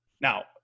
Now